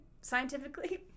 scientifically